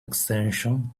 extension